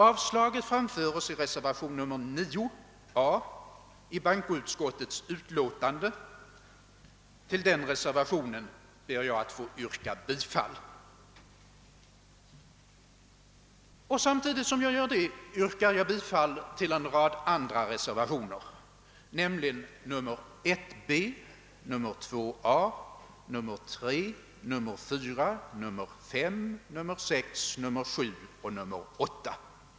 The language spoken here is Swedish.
Avslaget framföres i reservationen 9a som är fogad vid bankoutskottets utlåtande. Till den reservationen ber jag att få yrka bifall. Samtidigt yrkar jag bifall till en rad andra reservationer, nämligen 1b, 2a, 3, 4, 5, 6a, 7 och 3.